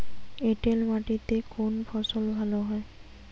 এঁটেল মাটিতে কোন ফসল ভালো হয়?